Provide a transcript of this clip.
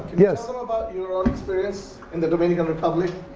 yeah so about your own experience in the dominican republic?